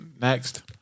next